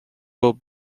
will